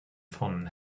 von